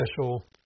special